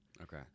Okay